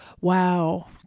wow